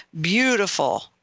beautiful